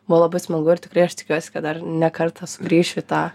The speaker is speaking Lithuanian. buvo labai smagu ir tikrai aš tikiuosi kad dar ne kartą sugrįšiu į tą